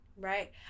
Right